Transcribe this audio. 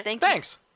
Thanks